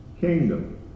kingdom